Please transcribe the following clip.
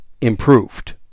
improved